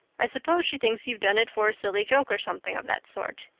i suppose she thinks you've done it for a silly joke or something of that sort.